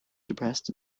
depressed